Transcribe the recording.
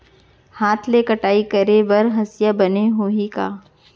हाथ ले कटाई करे बर हसिया बने होही का?